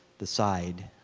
the side.